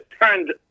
turned